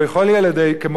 הם ברכה לישראל,